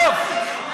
טוב.